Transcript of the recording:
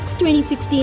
2016